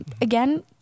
again